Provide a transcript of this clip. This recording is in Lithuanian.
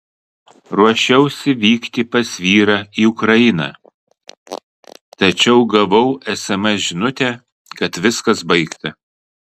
ruošiausi vykti pas vyrą į ukrainą tačiau gavau sms žinutę kad viskas baigta